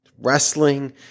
wrestling